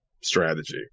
strategy